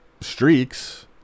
streaks